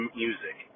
music